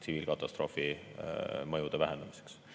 tsiviilkatastroofi mõjude vähendamiseks.